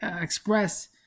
express